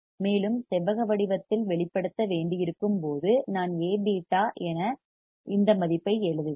மேலும் செவ்வக வடிவத்தில் வெளிப்படுத்த வேண்டியிருக்கும் போது நான் A β என இந்த மதிப்பை எழுதுவேன்